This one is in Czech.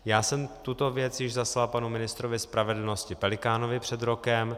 Já jsem tuto věc již zaslal panu ministrovi spravedlnosti Pelikánovi před rokem.